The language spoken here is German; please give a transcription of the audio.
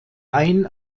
ein